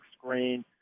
screen